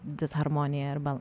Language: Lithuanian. disharmonija arba